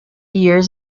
years